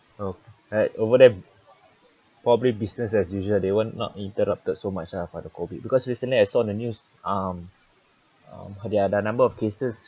oh at over them probably business as usual they weren't not interrupted so much ah for the COVID because recently I saw the news um um their number of cases